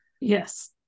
Yes